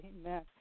Amen